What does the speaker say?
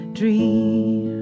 dream